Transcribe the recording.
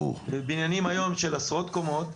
לבניינים היום של עשרות קומות,